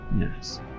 Yes